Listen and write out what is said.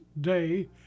day